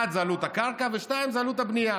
זה עלות הקרקע והשני הוא זו עלות הבנייה.